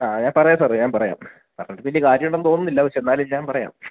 ആ ഞാൻ പറയാം സാറെ ഞാൻ പറയാം പറഞ്ഞിട്ട് വലിയ കാര്യം ഉണ്ടെന്ന് തോന്നുന്നില്ല പക്ഷേ എന്നാലും ഞാൻ പറയാം